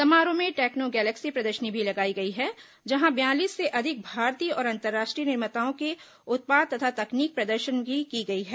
समारोह में टेक्नोगैलेक्सी प्रदर्शनी भी लगाई हैं जहां बयालीस से अधिक भारतीय और अंतरराष्ट्रीय निर्माताओं के उत्पाद तथा तकनीक प्रदर्शित की गई हैं